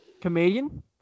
comedian